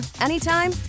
anytime